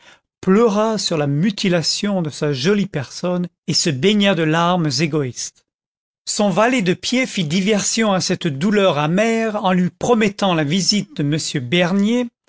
pleura sur la mutilation de sa jolie personne et se baigna de larmes égoïstes son valet de pied fit diversion à cette douleur amère en lui promettant la visite de m dernier